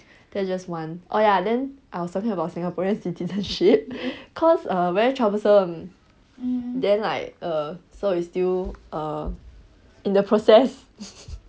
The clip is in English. then that's just one oh ya then I was talking about singaporean citizenship cause very troublesome then like err so it's still err in the process